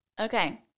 Okay